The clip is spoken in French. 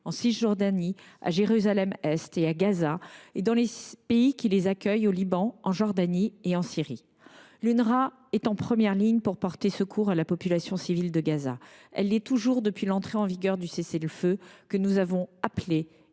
en Cisjordanie, à Jérusalem Est et à Gaza, et dans les pays qui les accueillent – Liban, Jordanie et Syrie. L’UNRWA est en première ligne pour porter secours à la population civile de Gaza. Elle l’est toujours depuis l’entrée en vigueur du cessez le feu, que nous avons appelé